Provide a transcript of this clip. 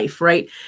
right